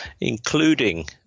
including